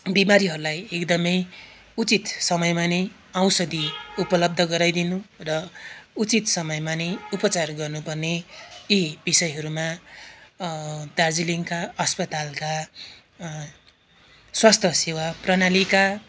बिमारीहरूलाई एकदमै उचित समयमा नै औषधी उपलब्ध गराइदिनु र उचित समयमा नै उपचार गर्नुपर्ने यी विषयहरूमा दार्जिलिङका अस्पतालका स्वास्थ्य सेवा प्रणालीका